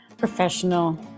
Professional